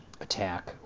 attack